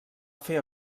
fer